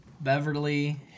Beverly